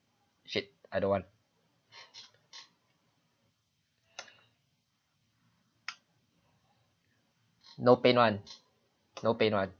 shit I don't want no pain [one] no pain [one]